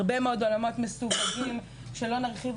הרבה מאוד עולמות מסווגים שלא נרחיב